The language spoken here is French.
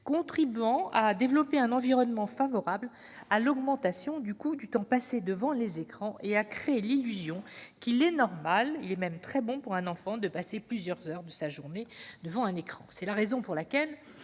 contribuant à développer un environnement favorable à l'augmentation du temps passé devant les écrans et à créer l'illusion qu'il est normal, voire très bon, pour un enfant de passer plusieurs heures de sa journée devant un écran. C'est la raison pour laquelle